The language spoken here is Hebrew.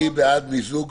מי בעד מיזוג